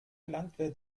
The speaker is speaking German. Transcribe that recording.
landwehr